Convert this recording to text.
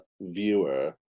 viewer